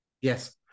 Yes